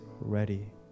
ready